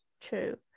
True